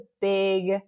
big